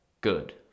good